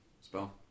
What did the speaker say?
Spell